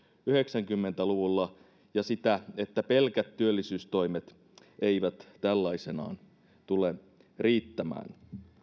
yhdeksänkymmentä luvulla ja sen että pelkät työllisyystoimet eivät tällaisenaan tule riittämään